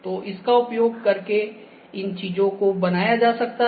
तो इसका उपयोग करके इन चीजों को बनाया जा सकता है